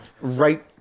right